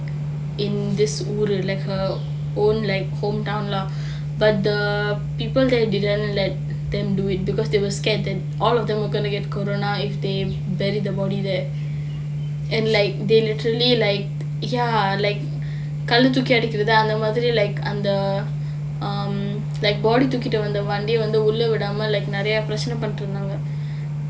in this room like her home like hometown lah but the people there didn't let them do it because they were scared that all of them were going to get corona if they buried the body there and like they literally like ya like கல்லு தூக்கி அடிக்குறது அந்த மாதிரி:kallu tookki adikurathu antha maathiri like அந்த:antha body தூக்கிட்டு வந்த வண்டி வந்து உள்ளே விடாம:tookkittu vantha vandi vanthu ullae vidaama like நிறைய பிரச்சன பண்ணிட்டு இருந்தாங்க:niraya pirachana pannittu iruntaanga